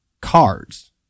cards